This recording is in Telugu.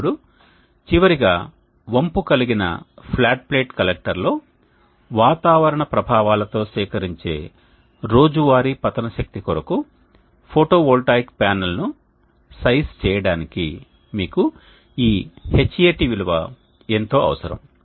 ఇప్పుడు చివరిగా వంపు కలిగిన ఫ్లాట్ ప్లేట్ కలెక్టర్లో వాతావరణ ప్రభావాలతో సేకరించే రోజువారీ పతన శక్తి కొరకు ఫోటోవోల్టాయిక్ ప్యానెల్ను సైజు చేయడానికి మీకు ఈ Hat విలువ ఎంతో అవసరం